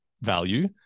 value